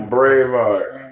Braveheart